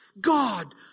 God